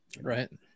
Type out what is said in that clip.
right